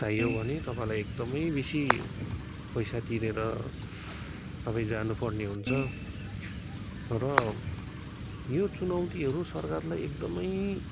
चाहियो भने तपाईँलाई एकदमै बेसी पैसा तिरेर तपाईँ जानु पर्ने हुन्छ र यो चुनौतीहरू सरकारलाई एकदमै